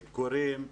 ביקורים,